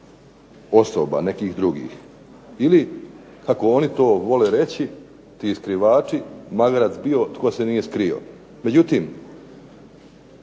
osoba nekih drugih. Ili kako oni to vole reći, ti skrivači, magarac bio tko se nije skrio. Međutim,